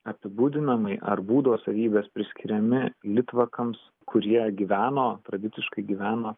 apibūdinamai ar būdo savybės priskiriami litvakams kurie gyveno tradiciškai gyveno